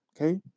Okay